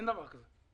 אין דבר כזה.